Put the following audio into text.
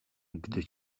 gdy